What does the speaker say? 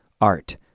art